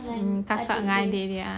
mm kakak dengan adik dia